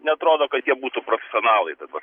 neatrodo kad jie būtų profesionalai dabar